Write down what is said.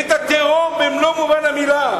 ואת הטרור במלוא מובן המלה.